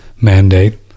mandate